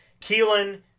Keelan